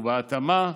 ובהתאמה,